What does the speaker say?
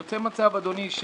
יוצא מצב אדוני,